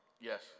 Yes